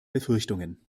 befürchtungen